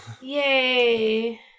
Yay